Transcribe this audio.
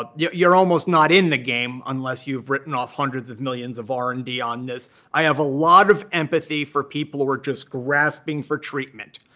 but yeah you're almost not in the game unless you've written off hundreds of millions of r and d on this. i have a lot of empathy for people who are just grasping for treatment.